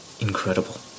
incredible